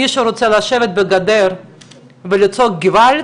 מי שרוצה לשבת על הגדר ולצעוק געוואלד,